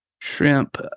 Shrimp